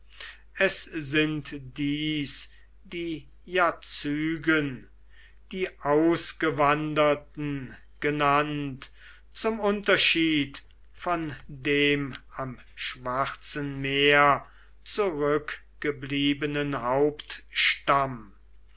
es sind dies die jazygen die ausgewanderten genannt zum unterschied von dem am schwarzen meer zurückgebliebenen